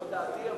זאת דעתי.